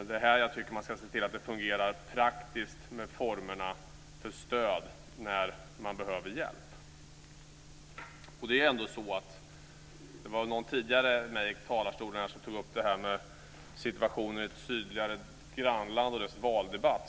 Det är här jag tycker att man ska se till att formerna för stöd fungerar praktiskt när man behöver hjälp. Det var någon som i talarstolen tidigare tog upp situationen i ett sydligare grannland och dess valdebatt.